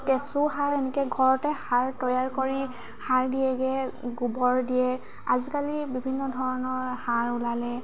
কেঁচুসাৰ এনেকে ঘৰতে সাৰ তৈয়াৰ কৰি সাৰ দিয়েগৈ গোবৰ দিয়ে আজিকালি বিভিন্ন ধৰণৰ সাৰ ওলালে